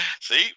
See